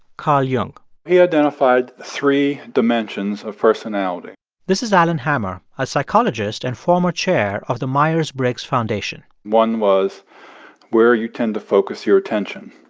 carl jung he identified three dimensions of personality this is allen hammer, a psychologist and former chair of the myers-briggs foundation one was where you tend to focus your attention.